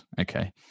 okay